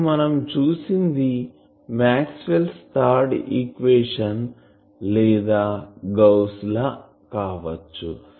ఇప్పుడు మనం చూసింది మాక్స్వెల్స్ థర్డ్ ఈక్వేషన్ లేదా గౌస్ లాgauss's law కావచ్చు